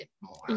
more